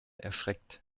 erschreckt